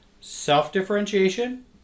self-differentiation